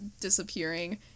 disappearing